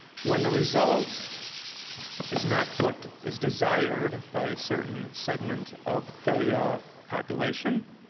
when the result is not what is desired by a certain segment of the ah population,